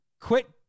quit